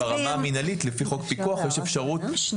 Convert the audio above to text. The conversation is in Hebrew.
ברמה המינהלית על פי חוק הפיקוח יש אפשרות,